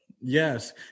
yes